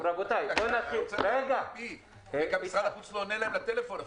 אני רוצה --- משרד החוץ לא עונה לטלפון אפילו.